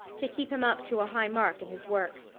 to keep him up to a high mark in his work.